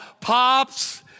pops